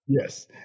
Yes